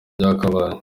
byakabaye